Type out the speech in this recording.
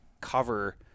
cover